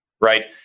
right